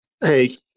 Hey